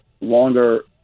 longer